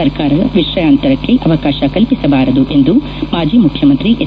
ಸರ್ಕಾರ ವಿಷಯಾಂತರಕ್ಕೆ ಅವಕಾಶ ಕಲ್ವಿಸಬಾರದು ಎಂದು ಮಾಜಿ ಮುಖ್ಯಮಂತ್ರಿ ಹೆಚ್